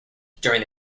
during